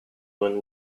when